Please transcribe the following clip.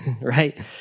right